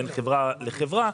בין חברה לחברה.